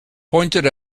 pointed